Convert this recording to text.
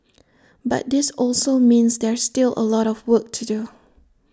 but this also means there's still A lot of work to do